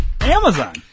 Amazon